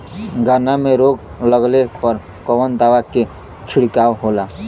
गन्ना में रोग लगले पर कवन दवा के छिड़काव होला?